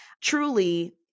Truly